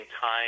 time